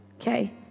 Okay